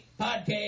podcast